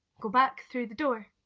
go back through the door.